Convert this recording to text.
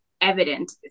evident